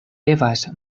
devas